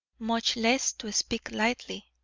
much less to speak lightly.